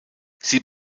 sie